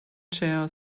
chair